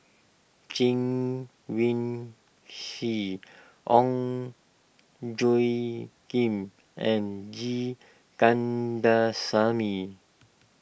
Chen Wen Hsi Ong Tjoe Kim and G Kandasamy